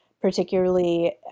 particularly